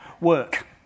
work